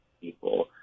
people